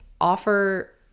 offer